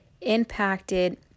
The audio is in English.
impacted